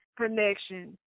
connection